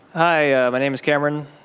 hi, ah my name is cameron.